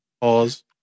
Pause